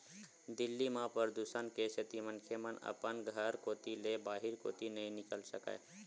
दिल्ली म परदूसन के सेती मनखे मन अपन घर कोती ले बाहिर कोती नइ निकल सकय